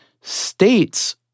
states